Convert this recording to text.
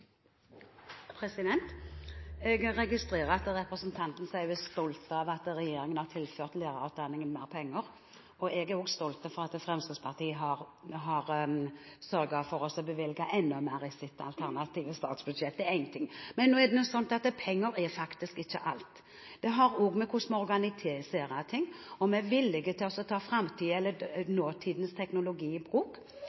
sier hun er stolt av at regjeringen har tilført lærerutdanningen mer penger. Jeg er også stolt over at Fremskrittspartiet har sørget for å bevilge enda mer i sitt alternative statsbudsjett. Det er én ting. Penger er faktisk ikke alt. Det har også med hvordan man organiserer ting å gjøre, om vi er villige til å ta framtidens eller